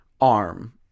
arm